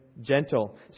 Gentle